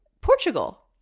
Portugal